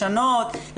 לשנות,